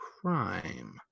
crime